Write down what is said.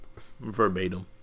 Verbatim